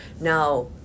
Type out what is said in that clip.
Now